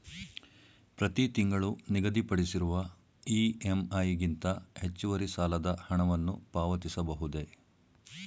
ಪ್ರತಿ ತಿಂಗಳು ನಿಗದಿಪಡಿಸಿರುವ ಇ.ಎಂ.ಐ ಗಿಂತ ಹೆಚ್ಚುವರಿ ಸಾಲದ ಹಣವನ್ನು ಪಾವತಿಸಬಹುದೇ?